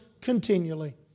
continually